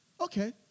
Okay